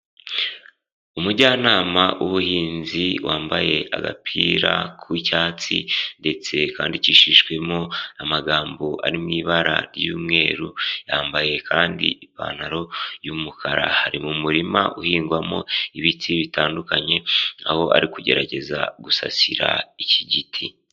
Umujyanama w'ubuhinzi wambaye agapira k'icyatsi ndetse kandikishijwemo amagambo ari mu ibara ry'umweru, yambaye kandi ipantaro y'umukara ari mu murima uhingwamo ibiti bitandukanye, aho ari kugerageza gusasira iki giti.